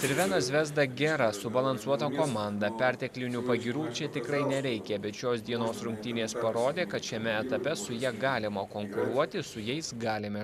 cervena zvezda gera subalansuota komanda perteklinių pagyrų čia tikrai nereikia bet šios dienos rungtynės parodė kad šiame etape su ja galima konkuruoti su jais galime